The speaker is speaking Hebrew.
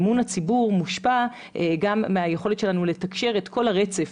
אמון הציבור מושפע גם מהיכולת שלנו לתקשר את כל הרצף.